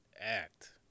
act